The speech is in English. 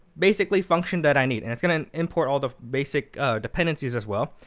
basically, function that i need. and it's going to import all the basic dependencies, as well.